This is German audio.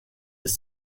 des